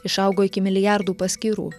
išaugo iki milijardų paskyrų